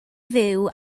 fyw